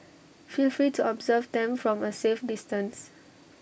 feel free to observe them from A safe distance